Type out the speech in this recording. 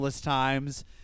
Times